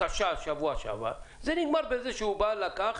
קשה בשבוע שעבר, זה נגמר בזה שהוא לקח